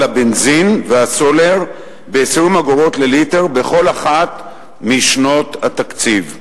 הבנזין והסולר ב-20 אגורות לליטר בכל אחת משנות התקציב.